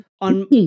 on